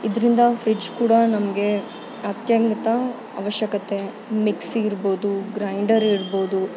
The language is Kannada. ಇದರಿಂದ ಫ್ರಿಜ್ ಕೂಡ ನಮಗೆ ಅತ್ಯಗತ್ಯ ಅವಶ್ಯಕತೆ ಮಿಕ್ಸಿ ಇರ್ಬೋದು ಗ್ರೈಂಡರ್ ಇರ್ಬೋದು